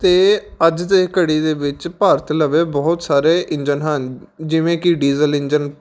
ਅਤੇ ਅੱਜ ਦੇ ਘੜੀ ਦੇ ਵਿੱਚ ਭਾਰਤ ਲਵੇ ਬਹੁਤ ਸਾਰੇ ਇੰਜਨ ਹਨ ਜਿਵੇਂ ਕਿ ਡੀਜ਼ਲ ਇੰਜਨ